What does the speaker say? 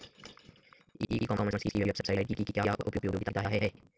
ई commerce की website की क्या उपयोगिता है?